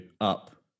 up